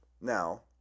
Now